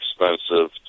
expensive